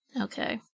Okay